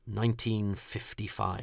1955